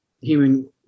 human